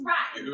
Right